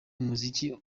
umuziki